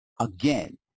again